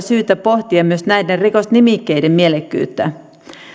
syytä pohtia myös näiden rikosnimikkeiden mielekkyyttä